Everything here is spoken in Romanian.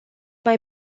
mai